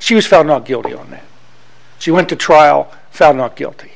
she was found not guilty and then she went to trial found not guilty